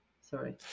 Sorry